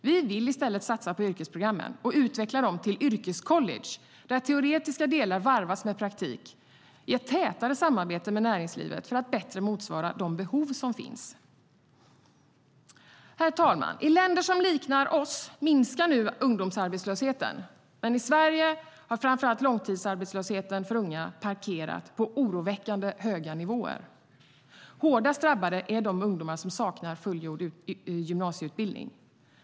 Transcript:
Vi vill i stället satsa på yrkesprogrammen och utveckla dem till yrkescollege där teoretiska delar varvas med praktik i ett tätare samarbete med näringslivet för att bättre motsvara de behov som finns. Herr talman! I länder som liknar vårt minskar nu ungdomsarbetslösheten, men i Sverige har framför allt långtidsarbetslösheten bland unga parkerat på oroväckande höga nivåer. Hårdast drabbade är de ungdomar som saknar fullgjord gymnasieutbildning.